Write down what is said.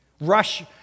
Rush